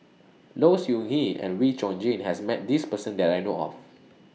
Low Siew Nghee and Wee Chong Jin has Met This Person that I know of